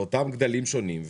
וגם שם גדלים שונים,